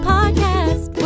Podcast